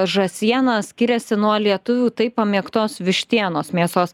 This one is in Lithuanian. žąsiena skiriasi nuo lietuvių taip pamėgtos vištienos mėsos